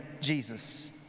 Jesus